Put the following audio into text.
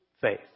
faith